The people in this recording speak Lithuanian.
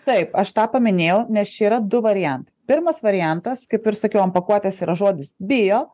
taip aš tą paminėjau nes čia yra du variantai pirmas variantas kaip ir sakiau ant pakuotės yra žodis bio